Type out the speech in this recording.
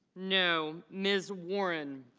no. ms. warren